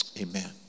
Amen